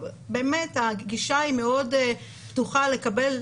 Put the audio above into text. הגישה היא מאוד פתוחה לקבל,